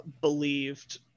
believed